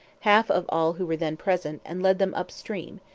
half of all who were then present, and led them up-stream,